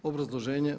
Obrazloženje.